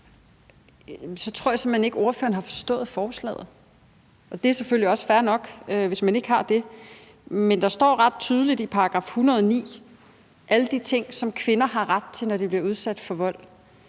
Så tror jeg simpelt hen ikke, at ordføreren har forstået forslaget. Det er selvfølgelig også fair nok, hvis man ikke har det, men der står ret tydeligt i § 109 alle de ting, som kvinder har ret til, når de bliver udsat for vold,